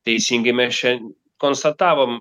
teisingai mes čia konstatavom